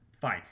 Fine